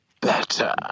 better